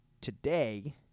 today